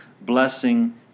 blessing